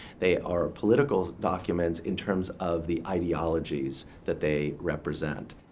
they are political documents in terms of the ideologies that they represent.